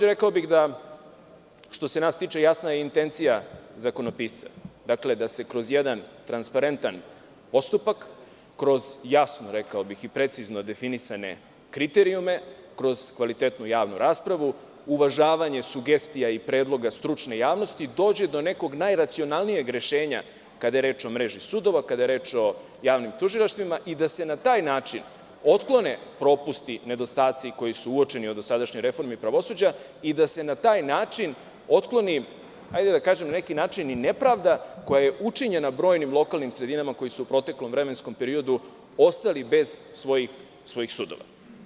Rekao bih, što se nas tiče, jasna je intencija zakonopisca, dakle, da se kroz jedan transparentan postupak, kroz jasno i precizno definisane kriterijume, kroz kvalitetnu javnu raspravu, uvažavanje sugestija i predloga stručne javnosti dođe do nekog najracionalnijeg rešenja kada je reč o mreži sudova, kada je reč o javnim tužilaštvima i da se na taj način otklone propusti, nedostaci koji su uočeni u dosadašnjoj reformi pravosuđa i da se na taj način otkloni, hajde da kažem, nepravda koja je učinjena brojnim lokalnim sredinama koje su u proteklom vremenskom periodu ostali bez svojih sudova.